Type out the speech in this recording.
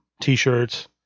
t-shirts